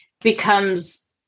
becomes